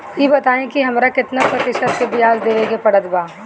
ई बताई की हमरा केतना प्रतिशत के ब्याज देवे के पड़त बा?